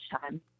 time